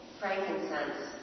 frankincense